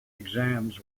exams